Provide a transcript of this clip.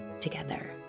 together